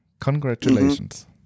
Congratulations